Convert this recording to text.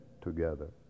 together